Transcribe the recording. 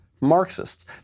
Marxists